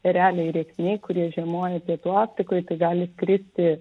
ereliai rėksniai kurie žiemoja pietų afrikoj tai gali skristi